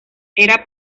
era